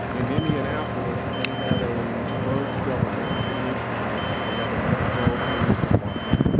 in indianapolis they have a merged government, city and county, they have a metro police department.